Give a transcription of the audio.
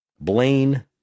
Blaine